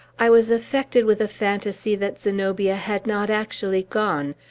i was affected with a fantasy that zenobia had not actually gone,